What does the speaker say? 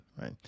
right